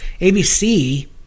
ABC